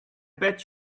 bet